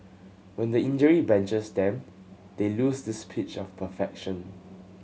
but when injury benches them they lose this pitch of perfection